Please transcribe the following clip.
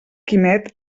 quimet